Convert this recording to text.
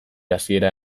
hasiera